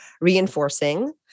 reinforcing